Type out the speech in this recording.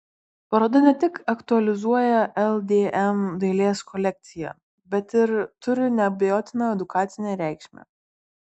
paroda ne tik aktualizuoja ldm dailės kolekciją bet ir turi neabejotiną edukacinę reikšmę